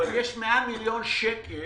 אבל יש 100 מיליון שקל